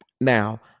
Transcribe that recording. Now